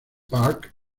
park